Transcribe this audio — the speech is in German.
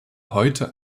heute